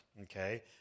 okay